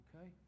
okay